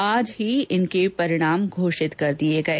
आज ही इनके परिणाम घोषित कर दिए गए